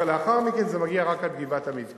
לאחר מכן היא מגיעה רק עד גבעת-המבתר,